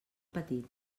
petit